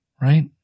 Right